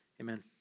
Amen